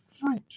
fruit